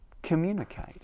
communicate